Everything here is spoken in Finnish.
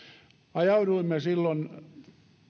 ajauduimme silloin